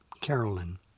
Carolyn